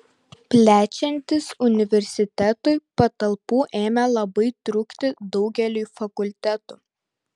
plečiantis universitetui patalpų ėmė labai trūkti daugeliui fakultetų